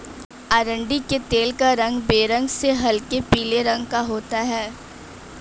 अरंडी के तेल का रंग बेरंग से हल्के पीले रंग का होता है